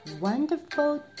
wonderful